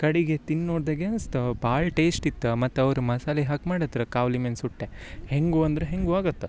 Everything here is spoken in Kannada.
ಕಡಿಗೆ ತಿನ್ ನೋಡ್ದಗೆ ಅನಸ್ತು ಭಾರಿ ಟೇಶ್ಟ್ ಇತ್ತ ಮತ್ತು ಅವ್ರ ಮಸಾಲೆ ಹಾಕಿ ಮಾಡತ್ರ ಕಾವ್ಲಿ ಮೇಲೆ ಸುಟ್ಟೆ ಹೇಗೂ ಅಂದ್ರೆ ಹೇಗೂ ಆಗತ್ತೆ